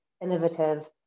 innovative